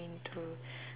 mean to